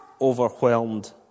overwhelmed